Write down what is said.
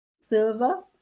silver